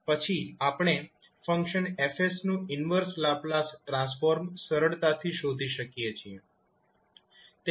પછી આપણે function F નું ઈન્વર્સ લાપ્લાસ ટ્રાન્સફોર્મ સરળતાથી શોધી શકીએ છીએ